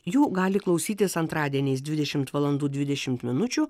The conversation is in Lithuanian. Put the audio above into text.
jų gali klausytis antradieniais dvidešimt valandų dvidešimt minučių